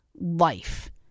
life